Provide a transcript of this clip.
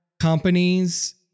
companies